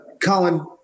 Colin